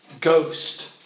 ghost